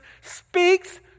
speaks